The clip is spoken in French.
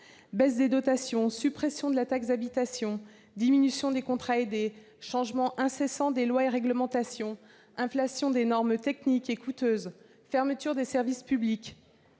Baisse des dotations, suppression de la taxe d'habitation, diminution des contrats aidés, changements incessants des lois et réglementations, inflation des normes techniques coûteuses, fermeture des services publics,